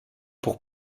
pour